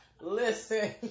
Listen